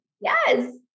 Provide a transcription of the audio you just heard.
Yes